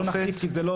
מי יציג את זה לשופט?